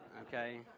Okay